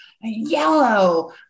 yellow